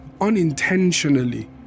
unintentionally